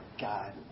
God